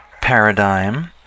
paradigm